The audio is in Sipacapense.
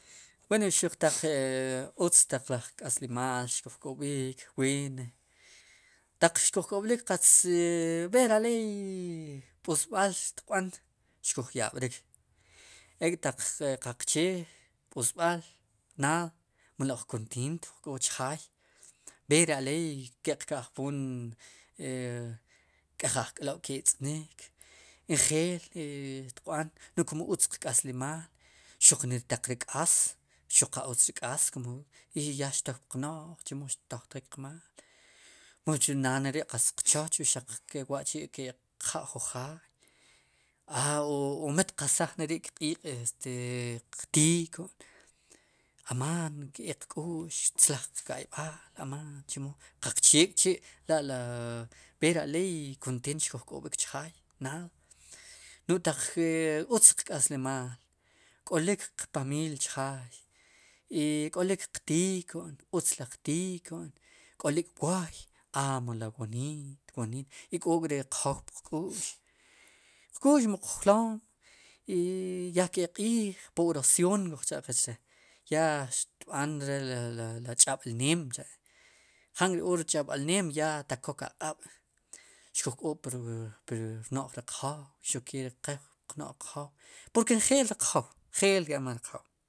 Wen xuq taq utz laj k'aslimaal xkuj k'ob'iik qatz xkuj k'ob'ik b'eer aleey b'ub'al tiq b'an xkuj yab'rik ek'taq qaqchee b'usb'al naad melo ujkonteent uj k'o chajjay béer re aleey ki'q ka'jpoon nk'ej ajk'lob' k'e tz'nik njeel xtiq b'an kum utz qk'aslimaal xuq niritaq ri k'aas xu qautz ri k'aas yiiy ya xtok puq no'j chemo xttojtjik qmaal mu naad neri' taq qchooch wa'chi' ki'qja' jun jaay o mit qasaj neri' kq'iiqri qtika'amaan keek qk'u'x keek ktzaj qka'yb'al amaan chemo qaqchek'chi' la ri b'eer aley konteent xkuj k'ob'ik chjaay naad no'j taq ri utz qk'aslimaal k'olik qpamiil chjaay i k'olik qtika' utz laj tika' k'olik wooy a melo woniit, wonit y k'ok'riq jow puq k'u'x, puqk'u'x o puq jlom y ya keek qiij kok oracioon kuj cha'qe che ya xtb'an re le le le chab'lnem cha' jank'or ri cha'b'lneem ya taq kok aqab' xkuj k'oob'pri rno'j riq jow xuke ri qe no'j qjoew porke njel riq jow, njel rya'maj riq jow.